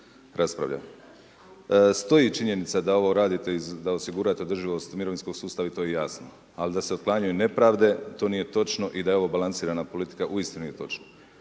Stoji činjenica da ovo radite da osigurate održivost mirovinskog sustava i to je jasno ali da se otklanjaju nepravde, to nije točno i da je ovo balansirana politika, uistinu je točno.